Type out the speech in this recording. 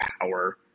power